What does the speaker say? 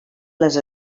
les